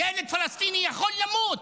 ילד פלסטיני יכול למות,